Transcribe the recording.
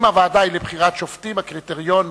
אם הוועדה היא לבחירת שופטים, הקריטריון,